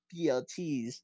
BLTs